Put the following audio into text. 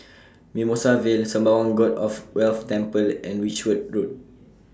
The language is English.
Mimosa Vale Sembawang God of Wealth Temple and Whitchurch Road